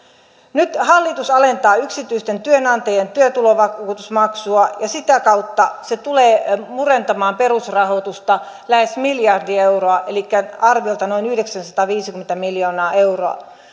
nyt hallitus alentaa yksityisten työnantajien työtulovakuutusmaksua ja sitä kautta se tulee murentamaan perusrahoitusta lähes miljardi euroa elikkä arviolta noin yhdeksänsataaviisikymmentä miljoonaa euroa